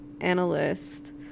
analyst